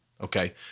Okay